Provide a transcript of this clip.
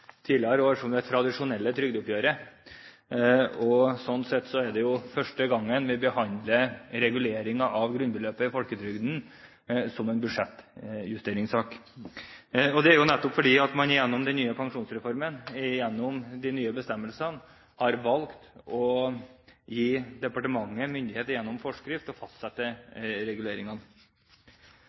tidligere år som det tradisjonelle trygdeoppgjøret. Slik sett er det første gangen vi behandler reguleringen av grunnbeløpet i folketrygden som en budsjettjusteringssak. Det er nettopp fordi man gjennom den nye pensjonsreformen, gjennom de nye bestemmelsene, har valgt å gi departementet myndighet gjennom forskrift til å fastsette reguleringene.